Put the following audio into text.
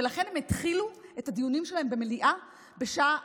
ולכן הם התחילו את הדיונים שלהם במליאה בשעה